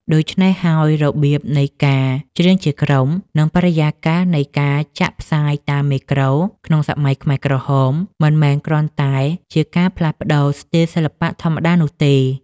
ដូច្នេះហើយ របៀបនៃការច្រៀងជាក្រុម និងបរិយាកាសនៃការចាក់ផ្សាយតាមមេក្រូក្នុងសម័យខ្មែរក្រហម មិនមែនគ្រាន់តែជាការផ្លាស់ប្តូរស្ទីលសិល្បៈធម្មតានោះទេ